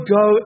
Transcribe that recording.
go